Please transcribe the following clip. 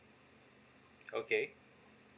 okay